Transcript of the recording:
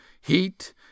Heat